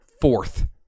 fourth